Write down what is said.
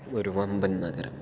ഒരു വമ്പൻ നഗരം